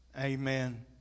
amen